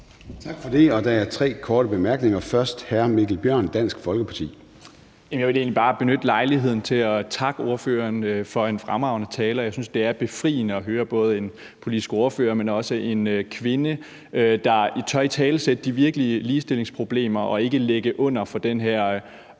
Tak for det. Og der er tre, der har korte bemærkninger. Først er det hr. Mikkel Bjørn, Dansk Folkeparti. Kl. 16:22 Mikkel Bjørn (DF): Jeg vil egentlig bare benytte lejligheden til at takke ordføreren for en fremragende tale. Og jeg synes, det er befriende at høre, både en politisk ordfører, men også en kvinde, der tør italesætte de virkelige ligestillingsproblemer og ikke ligger under for den her